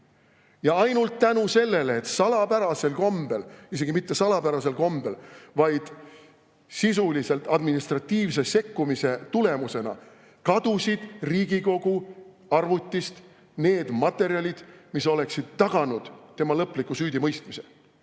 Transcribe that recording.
lõplikult süüdi], et salapärasel kombel, isegi mitte salapärasel kombel, vaid sisuliselt administratiivse sekkumise tulemusena kadusid Riigikogu arvutist need materjalid, mis oleksid taganud tema lõpliku süüdimõistmise.